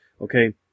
Okay